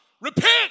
repent